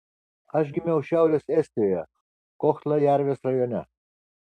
aš gimiau šiaurės estijoje kohtla jervės rajone